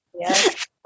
Yes